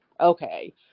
Okay